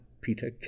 Peter